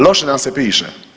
Loše nam se piše.